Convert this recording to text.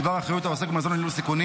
מדובר על אחריות על עוסק מזון ועל סיכונים,